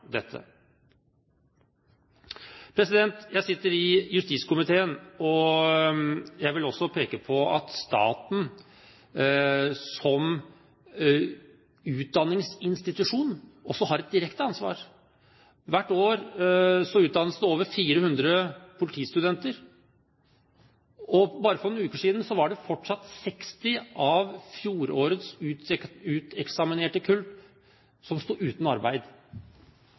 dette. Jeg sitter i justiskomiteen, og jeg vil også peke på at staten som utdanningsinstitusjon har et direkte ansvar. Hvert år utdannes det over 400 politistudenter, og for bare noen uker siden sto fortsatt 60 av fjorårets uteksaminerte kull uten arbeid – på et fagfelt hvor det er et stort behov. De har en spesialistutdannelse som